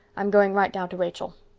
i'm going right down to rachel.